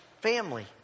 Family